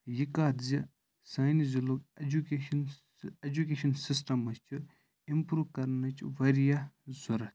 یہِ کَتھ زِ سانہِ ضِلعُک ایٚجوکیشَن سُہ اِؠجُۄکِیٖشَن سسٹَمَس چھِ اِمپُرو کَرنٕچ واریاہ ضروٗرَت